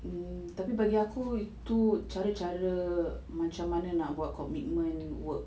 um tapi bagi aku itu cara macam mana nak buat commitment work